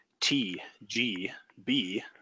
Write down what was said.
TGB